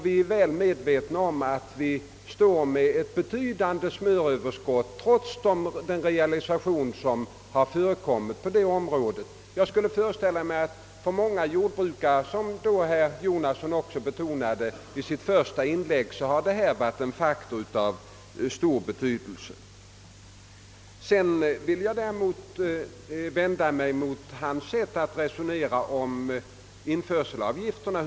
Vi är väl medvetna om att vi står med ett betydande smöröverskott trots den realisation som har förekommit på det området. Jag skulle föreställa mig att för många jordbrukare har detta, som herr Jonasson också betonade i sitt första inlägg, varit en faktor av stor betydelse. Emellertid vill jag vända mig mot hans sätt att resonera om införselavgifterna.